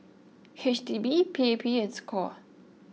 H D B P A P and Score